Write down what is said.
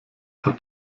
paar